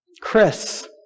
Chris